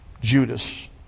Judas